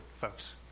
folks